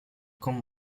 con